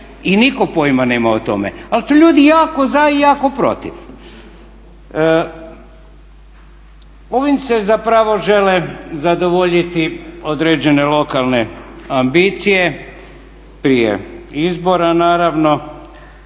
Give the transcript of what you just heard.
i nitko pojma nema o tome, ali su ljudi jako za i jako protiv. Ovim se zapravo žele zadovoljiti određene lokalne ambicije prije izbora naravno